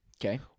okay